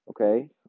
Okay